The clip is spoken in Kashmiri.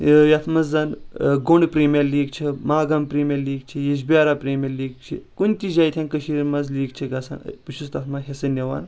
یہِ یتھ منٛز زن گُنڈ پریمیر لیٖگ چھِ ماگام پریمیر لیٖگ چھِ یِجبہارا پریمیر لیٖگ چھِ کُنہِ تہِ جایہِ ییٚتٮ۪ن کٔشیٖرِ منٛز لیٖگ چھِ گژھان بہٕ چھُس تتھ منٛز حصہٕ نِوان